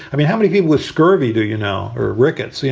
i mean, how many people with scurvy do you know? or rickets? you